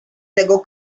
tego